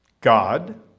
God